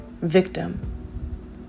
victim